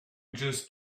just